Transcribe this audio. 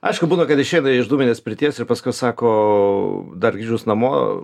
aišku būna kad išeina iš dūminės pirties ir paskui sako dar grįžus namo